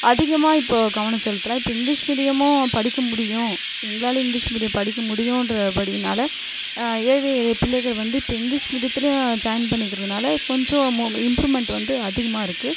அதிகமாக இப்போது கவனம் செலுத்தலை இப்போ இங்கிலீஷ் மீடியமும் படிக்க முடியும் எங்களால் இங்கிலீஷ் மீடியம் படிக்க முடியுமென்ற படியினால் ஏழை எளிய பிள்ளைகள் வந்து இப்போ இங்கிலீஷ் மீடியத்திலயே ஜாயின் பண்ணிக்கிறதுனால் கொஞ்சம் இம்ப்ரூவ்மெண்ட் வந்து அதிகமாக இருக்குது